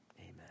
Amen